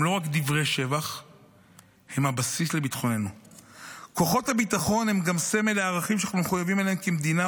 שומרים על ביטחוננו בלי להמתין לתהילה או